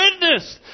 witness